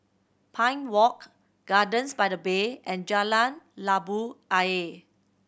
Pine Walk Gardens by the Bay and Jalan Labu Ayer